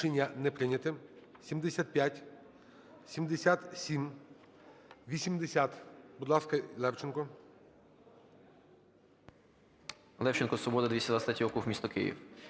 Левченко, "Свобода", 223 округ, місто Київ.